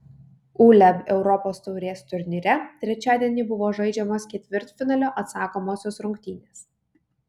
uleb europos taurės turnyre trečiadienį buvo žaidžiamos ketvirtfinalio atsakomosios rungtynės